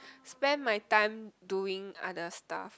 spend my time doing other stuff